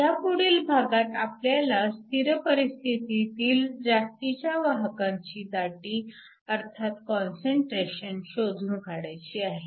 ह्यापुढील भागात आपल्याला स्थिर परिस्थितीतील जास्तीच्या वाहकांची दाटी अर्थात कॉन्सनट्रेशन शोधून काढायची आहे